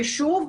ששוב,